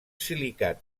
silicat